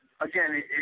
again